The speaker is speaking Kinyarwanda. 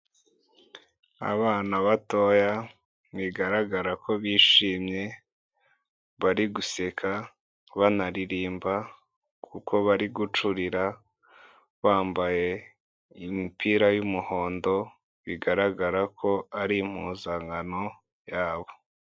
Abana batoya bigaragara ko bishimye, bari guseka, banaririmba kuko bari gucurira, bambaye imipira y'umuhondo bigaragara ko ari impuzankano yabo.